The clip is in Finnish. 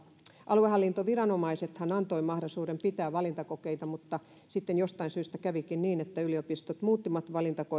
aluehallintoviranomaisethan antoivat mahdollisuuden pitää valintakokeita mutta sitten jostain syystä kävikin niin että yliopistot muuttivat